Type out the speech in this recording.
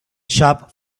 shop